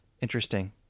interesting